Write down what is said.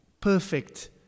perfect